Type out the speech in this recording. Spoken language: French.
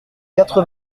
quatre